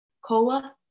Cola